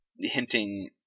Hinting